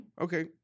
Okay